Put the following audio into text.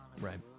Right